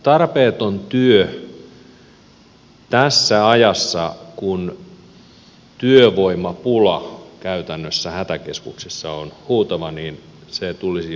tarpeeton työ tässä ajassa kun työvoimapula käytännössä hätäkeskuksessa on huutava tulisi välttää jotenkin